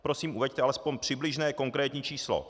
Prosím, uveďte aspoň přibližné konkrétní číslo.